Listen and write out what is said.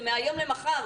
זה מהיום למחר.